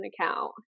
account